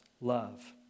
love